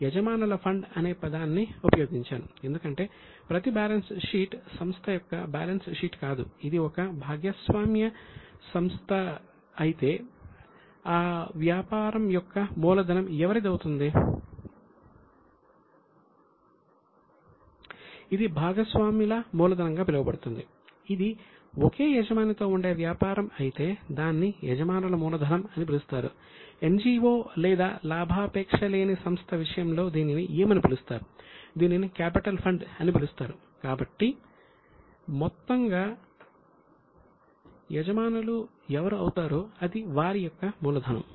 మరియు balance sheet యొక్క చిన్న రూపంలో నేను యజమానుల నిధి